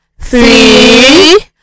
three